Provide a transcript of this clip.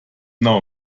now